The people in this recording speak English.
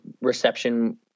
reception